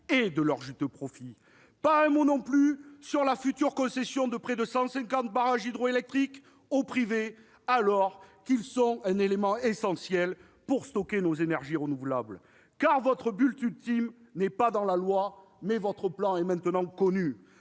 et de leurs juteux profits. Pas un mot non plus sur la future concession de près de 150 barrages hydroélectriques au privé, alors qu'ils sont un élément essentiel pour stocker nos énergies renouvelables. Votre but ultime n'est pas dans la loi, mais votre plan est maintenant connu